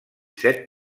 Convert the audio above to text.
set